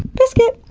biscuit.